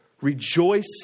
Rejoice